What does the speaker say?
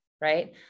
right